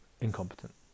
incompetent